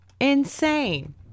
Insane